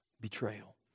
Betrayal